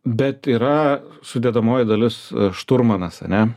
bet yra sudedamoji dalis šturmanas ane